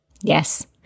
Yes